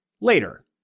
later